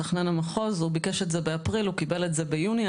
מתכנן המחוז ביקש את זה באפריל, קיבל את זה ביוני.